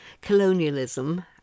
colonialism